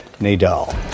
Nadal